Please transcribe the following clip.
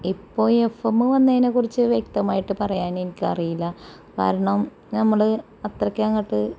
ഇപ്പോൾ F M വന്നതിനെ കുറിച്ച് വ്യക്തമായിട്ട് പറയാൻ എനിക്കറിയില്ല കാരണം നമ്മള് അത്രയ്ക്ക് അങ്ങോട്ട്